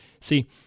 See